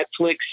Netflix